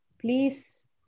please